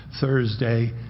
Thursday